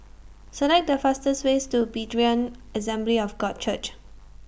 Select The fastest ways to Berean Assembly of God Church